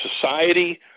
society